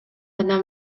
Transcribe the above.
гана